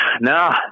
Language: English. No